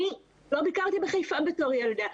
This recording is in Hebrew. אני לא ביקרתי בחיפה כילדה.